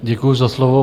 Děkuji za slovo.